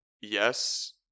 yes